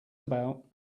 about